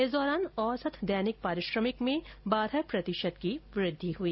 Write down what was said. इस दौरान औसत दैनिक पारिश्रमिक में बारह प्रतिशत की वृद्धि हुई